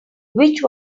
which